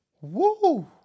Woo